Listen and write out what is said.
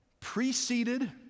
preceded